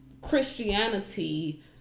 Christianity